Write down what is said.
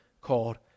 called